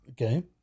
Okay